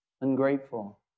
ungrateful